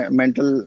mental